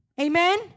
amen